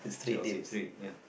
Chelsea three ya